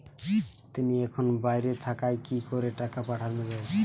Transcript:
তিনি এখন বাইরে থাকায় কি করে টাকা পাঠানো য়ায়?